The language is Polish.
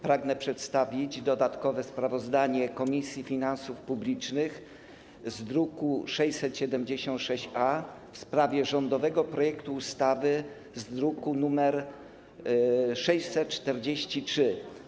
Pragnę przedstawić dodatkowe sprawozdanie Komisji Finansów Publicznych z druku nr 676-A o rządowym projekcie ustawy z druku nr 643.